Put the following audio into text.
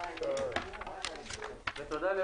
הישיבה ננעלה בשעה 10:50.